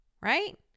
right